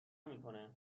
میکنه